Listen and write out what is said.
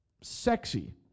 sexy